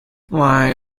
why